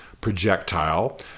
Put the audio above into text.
projectile